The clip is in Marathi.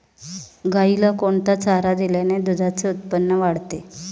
गाईला कोणता चारा दिल्याने दुधाचे उत्पन्न वाढते?